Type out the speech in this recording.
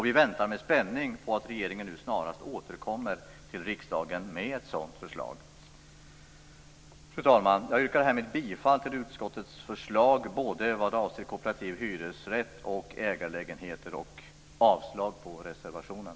Vi väntar med spänning på att regeringen snarast återkommer till riksdagen med ett sådant förslag. Fru talman! Jag yrkar härmed bifall till utskottets förslag både vad avser kooperativ hyresrätt och ägarlägenheter och avslag på reservationen.